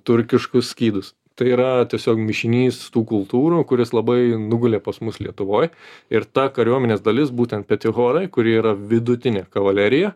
turkiškus skydus tai yra tiesiog mišinys tų kultūrų kuris labai nugulė pas mus lietuvoj ir ta kariuomenės dalis būtent petihorai kurie yra vidutinė kavalerija